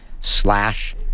Slash